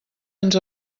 ens